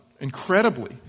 Incredibly